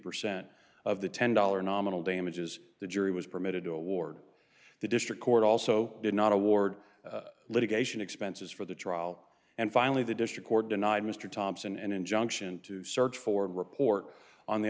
percent of the ten dollars nominal damages the jury was permitted to award the district court also did not award litigation expenses for the trial and finally the district court denied mr thompson an injunction to search for and report on the